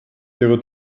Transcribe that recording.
ihre